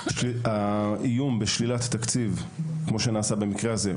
האיום בשלילת התקציב כמו שעשינו במקרה הזה,